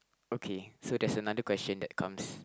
okay so there's another question that comes